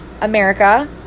America